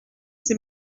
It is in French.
ces